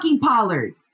Pollard